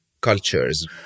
cultures